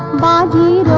body